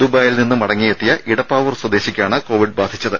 ദുബായിൽനിന്ന് മടങ്ങിയെത്തിയ ഇടപ്പാവൂർ സ്വദേശിക്കാണ് കോവിഡ് ബാധിച്ചത്